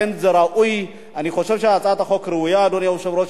אני חושב שהצעת החוק ראויה, אדוני היושב-ראש.